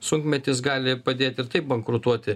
sunkmetis gali padėt ir taip bankrutuoti